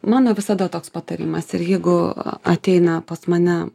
mano visada toks patarimas ir jeigu ateina pas mane